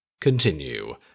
continue